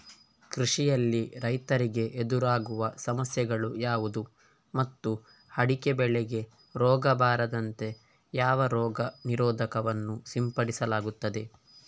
ಕೃಷಿಯಲ್ಲಿ ರೈತರಿಗೆ ಎದುರಾಗುವ ಸಮಸ್ಯೆಗಳು ಯಾವುದು ಮತ್ತು ಅಡಿಕೆ ಬೆಳೆಗೆ ರೋಗ ಬಾರದಂತೆ ಯಾವ ರೋಗ ನಿರೋಧಕ ವನ್ನು ಸಿಂಪಡಿಸಲಾಗುತ್ತದೆ?